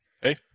Hey